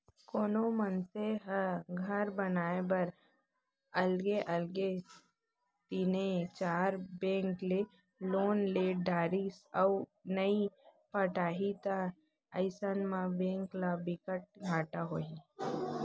कोनो मनसे ह घर बनाए बर अलगे अलगे तीनए चार बेंक ले लोन ले डरिस अउ नइ पटाही त अइसन म बेंक ल बिकट घाटा होही